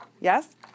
Yes